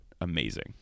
amazing